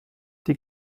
die